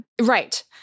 Right